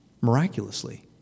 Miraculously